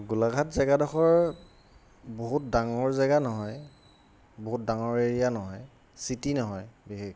গোলাঘাট জেগাডোখৰ বহুত ডাঙৰ জেগা নহয় বহুত ডাঙৰ এৰিয়া নহয় চিটি নহয় বিশেষকৈ